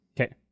Okay